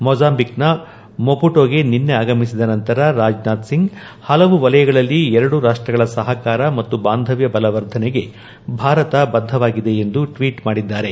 ಮೊಜಾಂಬಿಕ್ನ ಮೊಪುಟೊಗೆ ನಿನ್ನೆ ಆಗಮಿಸಿದ ನಂತರ ರಾಜನಾಥ್ ಸಿಂಗ್ ಹಲವು ವಲಯಗಳಲ್ಲಿ ಎರಡೂ ರಾಷ್ಟ್ಗಳ ಸಹಕಾರ ಮತ್ತು ಬಾಂಧವ್ಯ ಬಲವರ್ಧನೆಗೆ ಭಾರತ ಬದ್ದವಾಗಿದೆ ಎಂದು ಟ್ವೀಟ್ ಮಾಡಿದ್ದಾರೆ